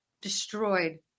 destroyed